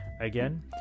Again